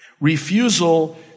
Refusal